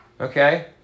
Okay